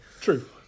True